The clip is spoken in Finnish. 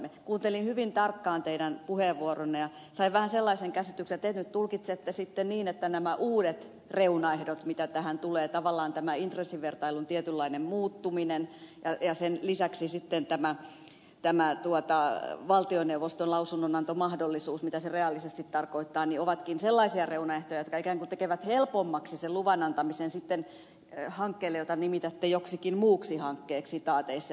kuuntelin hyvin tarkkaan teidän puheenvuoroanne ja sain vähän sellaisen käsityksen että te nyt tulkitsette sitten niin että nämä uudet reunaehdot mitä tähän tulee tavallaan tämä intressivertailun tietynlainen muuttuminen ja sen lisäksi sitten tämä valtioneuvoston lausunnonantomahdollisuus mitä se reaalisesti tarkoittaa ovatkin sellaisia reunaehtoja jotka ikään kuin tekevät helpommaksi sen luvan antamisen hankkeelle jota nimitätte joksikin muuksi hankkeeksi sitaateissa sanottuna